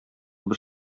бер